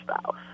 spouse